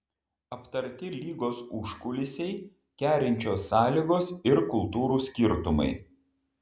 aptarti lygos užkulisiai kerinčios sąlygos ir kultūrų skirtumai